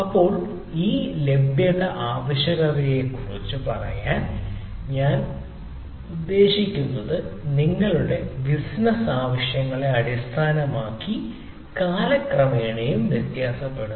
ഇപ്പോൾ ഈ ലഭ്യത ആവശ്യകതയെക്കുറിച്ച് പറയാൻ ഞാൻ ഉദ്ദേശിക്കുന്നത് നിങ്ങളുടെ ബിസിനസ്സ് ആവശ്യകതകളെ അടിസ്ഥാനമാക്കി കാലക്രമേണയും വ്യത്യാസപ്പെടുന്നു